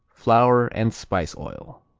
flour and spice oil.